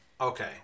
Okay